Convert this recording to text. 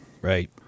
right